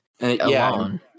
alone